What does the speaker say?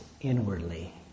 inwardly